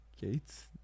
Gates